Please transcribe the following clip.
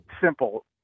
simple